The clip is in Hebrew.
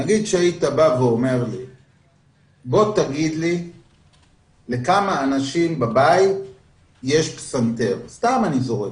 היית מבקש שאגיד לכמה אנשים בבית יש פסנתר סתם אני "זורק"